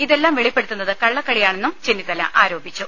ഇതെല്ലാം വെളിപ്പെടുത്തുന്നത് കള്ളക്കളിയാണെന്ന് ചെന്നിത്തല ആരോപിച്ചു